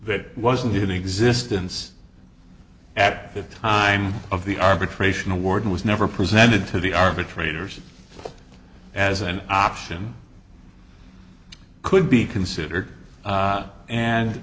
that wasn't in existence at the time of the arbitration award was never presented to the arbitrators as an option could be considered a